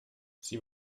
sie